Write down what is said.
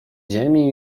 ziemi